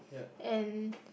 and